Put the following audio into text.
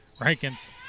Rankins